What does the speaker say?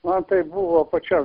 man taip buvo pačiam